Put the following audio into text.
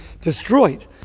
destroyed